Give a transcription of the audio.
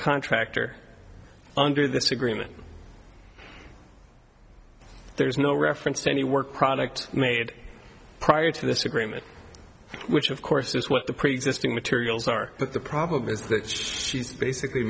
contractor under this agreement there is no reference to any work product made prior to this agreement which of course is what the preexisting materials are but the problem is that she's basically